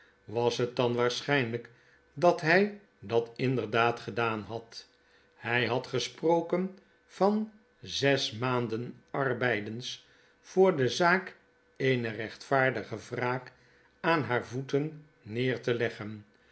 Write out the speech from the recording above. was het dan waarschijnhjk dat hij dat inderdaad gedaan had hij had gesproken van zes maanden arbeidens voor de zaak eener rechtvaardige wraak aan haar voeten neer te leggen